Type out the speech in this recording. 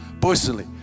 personally